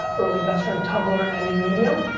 early investor in tumblr and in medium.